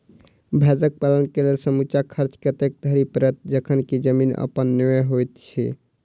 भैंसक पालन केँ लेल समूचा खर्चा कतेक धरि पड़त? जखन की जमीन अप्पन नै होइत छी